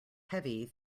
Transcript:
heavy